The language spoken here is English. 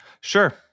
Sure